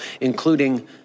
including